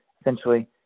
essentially